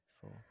four